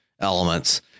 elements